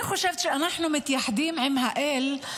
אני חושבת שכשאנחנו מתייחדים עם האל,